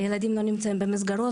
הילדים לא נמצאים במסגרות.